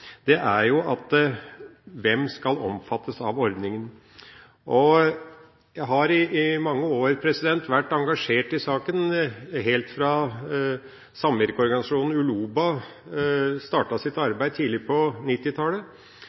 er hvem som skal omfattes av ordninga. Jeg har i mange år vært engasjert i saken, helt fra samvirkeorganisasjonen Uloba startet sitt arbeid tidlig på